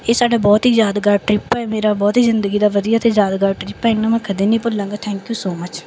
ਇਹ ਸਾਡਾ ਬਹੁਤ ਹੀ ਯਾਦਗਾਰ ਟ੍ਰਿਪ ਹੈ ਮੇਰਾ ਬਹੁਤ ਹੀ ਜ਼ਿੰਦਗੀ ਦਾ ਵਧੀਆ ਅਤੇ ਯਾਦਗਾਰ ਟ੍ਰਿਪ ਹੈ ਇਹਨੂੰ ਮੈਂ ਕਦੇ ਨਹੀਂ ਭੁੱਲਾਂਗਾ ਥੈਂਕ ਯੂ ਸੌ ਮੱਚ